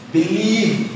Believe